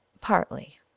Partly